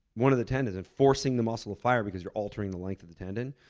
one of the tendons, and forcing the muscle fire because you're altering the length of the tendon.